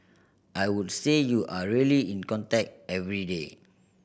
I would say you are really in contact every day